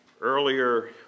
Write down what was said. Earlier